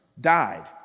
died